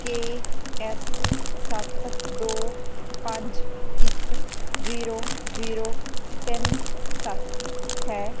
ਕੇ S ਸੱਤ ਦੋ ਪੰਜ ਇੱਕ ਜੀਰੋ ਜੀਰੋ ਤਿੰਨ ਸੱਤ ਹੈ